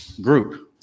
group